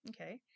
Okay